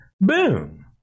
Boom